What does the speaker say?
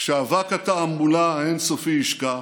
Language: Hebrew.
כשאבק התעמולה האין-סופית ישקע,